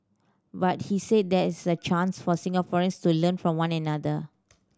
but he said there is a chance for Singaporeans to learn from one another